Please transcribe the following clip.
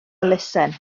elusen